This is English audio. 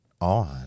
on